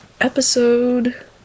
episode